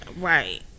Right